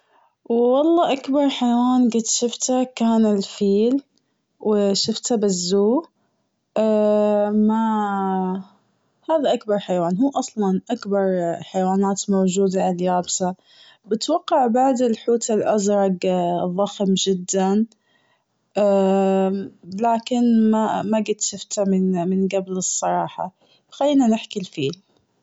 والله أكبر حيوان قد شفته كان الفيل. و شفته بال zoo. ما هذا أكبر حيوان. هو أصلاً أكبر حيوانات موجودة عاليابسة. بتوقع بعد الحوت الأزرق ضخم جداً. لكن ما- ما قد شفته من- من قبل الصراحة. خلينا نحكي الفيل.